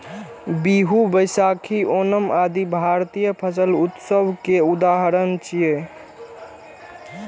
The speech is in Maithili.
बीहू, बैशाखी, ओणम आदि भारतीय फसल उत्सव के उदाहरण छियै